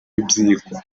w’ibyigwa